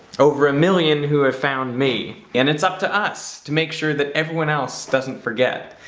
over a million who have found me. and it's up to us to make sure that everyone else doesn't forget,